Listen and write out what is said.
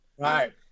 Right